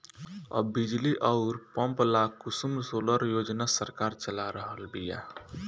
अब बिजली अउर पंप ला कुसुम सोलर योजना सरकार चला रहल बिया